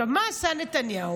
עכשיו, מה עשה נתניהו?